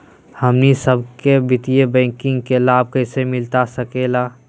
हमनी सबके वित्तीय बैंकिंग के लाभ कैसे मिलता सके ला?